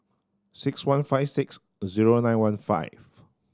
six one five six zero nine one five